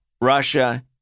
Russia